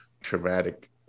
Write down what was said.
traumatic